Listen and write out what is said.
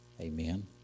amen